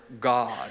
God